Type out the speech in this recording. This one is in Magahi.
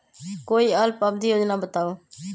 कोई अल्प अवधि योजना बताऊ?